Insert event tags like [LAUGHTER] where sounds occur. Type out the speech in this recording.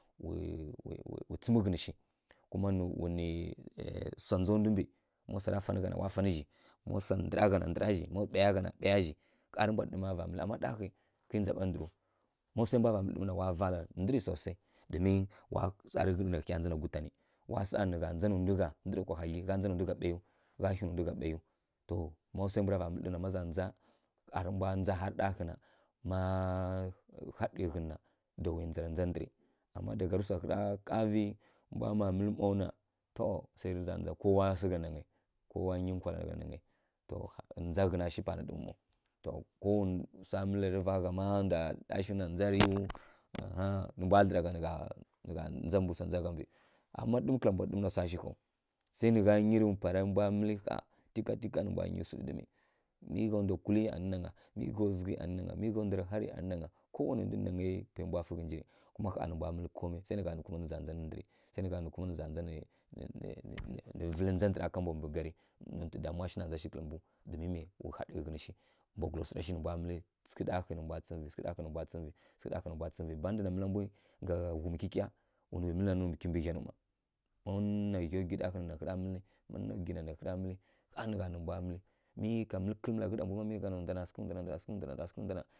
[UNINTELLIGIBLE] tsǝmǝ ghunǝ shi [UNINTELLIGIBLE] swa ndza ndu mbǝ [UNINTELLIGIBLE] má swara fan gha na wa fan zhi ma swa ndǝra gha na ndǝra zhi mi ɓaiya gha na ɓaiya zhi ƙha rǝ mbwa ɗǝɗǝma vandza ama kǝi ndza ndǝrǝw má swai mbwa va mǝlǝ ɗǝɗǝmǝ na wa valarǝ ndǝrǝ swusai domin wa [UNINTELLIGIBLE] saˈa nǝ gha ndza nǝ ndu gha ndǝrǝ kwa hadlyi gha ndza nǝ ndu gha ɓaiyiw [UNINTELLIGIBLE] nǝ za ndza kha rǝ mbwa ndza harǝ ɗarǝ ghǝ na ma harǝɗai zǝ na [UNINTELLIGIBLE] ama daga rǝ swa ghǝra kavǝ mbwa mma mǝlǝ maw na to [UNINTELLIGIBLE] kowa sǝ ghǝnanangai [UNINTELLIGIBLE] ndza ghǝna shi pa na ɗǝɗǝmǝ maw kowa swa mǝlairǝva gha má ndwa ɗa shiw na ndzarǝwu nǝ mbwa dlǝra gha nǝ gha ndza mbǝ swa ndza gha mbǝ ama má ɗǝɗǝmǝ kǝla mbwa ɗǝɗǝmǝ na swa shi ghawu sai nǝ gha nyirǝ panarǝ mbwa nu gha tikatika nǝ mbwa mǝlǝ swu ɗǝɗǝmǝ mi gha ndwa kulǝ anǝ nanga mi gha zughǝi anǝ nanga mi gha ndwarǝ harǝ anǝ nanga kowanai ndu nǝ nangai pwai mbwa kǝlǝ ndwi kuma kha nǝ mbwa mǝlǝ komai sai nǝ gha nǝ za ndza ndǝrǝ [UNINTELLIGIBLE] ndza ndǝra ka mbwa mbǝ gari nontǝ damuwa shi na ndza hyi kimbǝw [UNINTELLIGIBLE] sǝghǝ ɗahǝ nǝ mbwa tsǝmǝvǝ sǝghǝ ɗahǝ nǝ mbwa tsǝmǝvǝ bnada na mǝla mbwi gha ghumǝ kyikya wwu nuwi mǝlǝ nananǝw kimbǝ ghya nǝw mma [UNINTELLIGIBLE] mi ka kǝlǝ malaghǝ na ɗa mbu na mi nǝ gha na ndwa na sǝghǝ ndwa sǝghǝ ndwa na sǝghǝ.